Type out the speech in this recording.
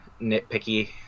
nitpicky